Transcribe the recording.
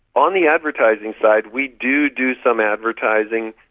on the advertising side we do do some advertising.